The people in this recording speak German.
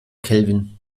kelvin